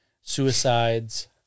suicides